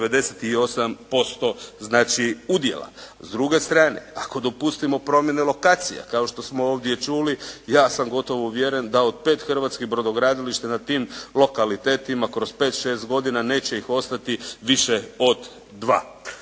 98% znači udjela. S druge strane ako dopustimo promjene lokacija kao što smo ovdje čuli ja sam gotovo uvjeren da od 5 hrvatskih brodogradilišta na tim lokalitetima kroz 5, 6 godina neće ih ostati više od 2.